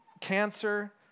cancer